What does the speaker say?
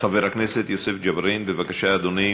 חבר הכנסת יוסף ג'בארין, בבקשה, אדוני.